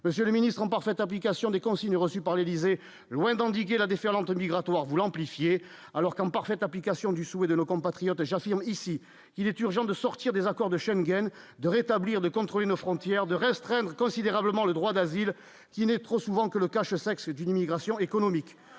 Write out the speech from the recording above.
monsieur le ministre, en parfaite application des consignes reçues par l'Élysée, loin d'endiguer la déferlante migratoire vous l'amplifier alors en parfaite application du souhait de nos compatriotes, j'affirme ici, il est urgent de sortir des accords de Schengen de rétablir de contrôler nos frontières de restreindre considérablement le droit d'asile n'trop souvent que le cache-sexe d'une immigration économique,